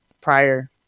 prior